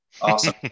Awesome